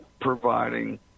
providing